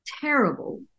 terrible